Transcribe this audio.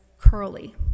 Curly